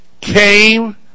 came